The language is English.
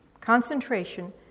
concentration